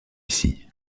ici